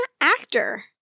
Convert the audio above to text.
actor